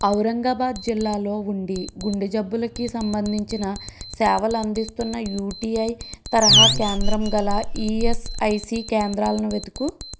ఔరంగాబాద్ జిల్లాలో ఉండి గుండెజబ్బులకి సంబంధించిన సేవలు అందిస్తున్న యుటిఐ తరహా కేంద్రం గల ఈఎస్ఐసి కేంద్రాలను వెతుకు